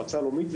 למועצה הלאומית,